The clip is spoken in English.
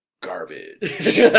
garbage